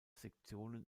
sektionen